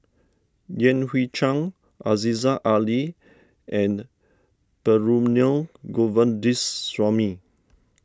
Yan Hui Chang Aziza Ali and Perumal Govindaswamy